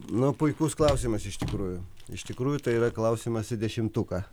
nu puikus klausimas iš tikrųjų iš tikrųjų tai yra klausimas į dešimtuką